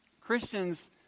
Christians